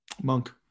monk